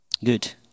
Good